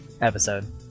episode